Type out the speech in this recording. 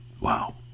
wow